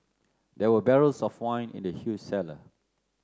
there were barrels of wine in the huge cellar